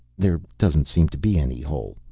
there doesn't seem to be any hole.